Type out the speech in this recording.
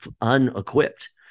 unequipped